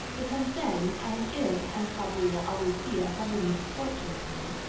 it has been, and is, and probably will always be a heavy misfortune to me,